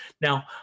now